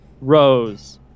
rose